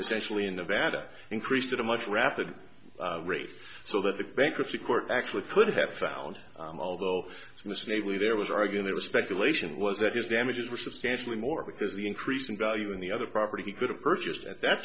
essentially in nevada increased at a much rapid rate so that the bankruptcy court actually could have found although mislabeled there was arguing there was speculation was that his damages were substantially more because the increase in value in the other property he could have purchased at that